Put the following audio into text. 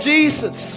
Jesus